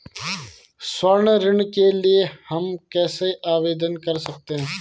स्वर्ण ऋण के लिए हम कैसे आवेदन कर सकते हैं?